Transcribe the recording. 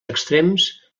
extrems